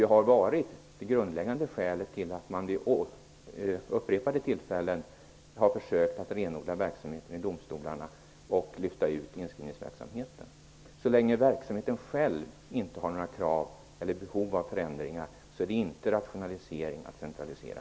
Det har varit det grundläggande skälet till att man vid upprepade tillfällen har försökt att renodla verksamheten i domstolarna och lyfta ut inskrivningsverksamheten. Så länge verksamheten själv inte föranleder ett behov av förändringar är det inte en rationalisering att centralisera.